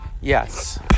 yes